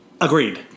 Agreed